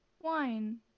wine